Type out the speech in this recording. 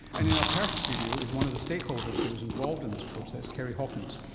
and in our perth studio is one of the stakeholders who was involved in this process, kerry hawkins,